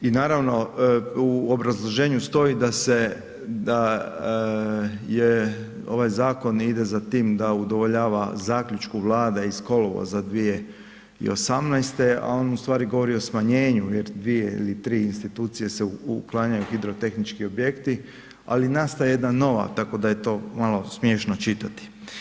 I naravno, u obrazloženju stoji da ovaj zakon ide za tim da udovoljava zaključku Vlade iz kolovoza 2018. a on ustvari govori o smanjenju, 2 ili 3 institucije se uklanjaju, hidrotehnički ali nastaje jedna nova, tako da je to malo smiješno čitati.